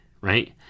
right